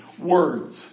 words